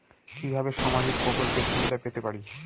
কিভাবে সামাজিক প্রকল্পের সুবিধা পেতে পারি?